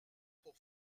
pour